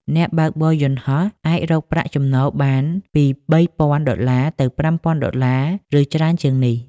អ្នកបើកបរយន្តហោះអាចរកប្រាក់ចំណូលបានពី ៣,០០០ ដុល្លារ ទៅ ៥,០០០ ដុល្លារ ឬច្រើនជាងនេះ។